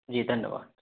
जी धन्यवाद